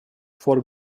for